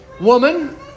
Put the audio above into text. Woman